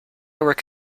work